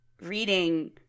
reading